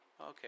okay